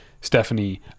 stephanie